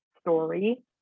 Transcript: story